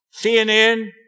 CNN